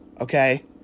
Okay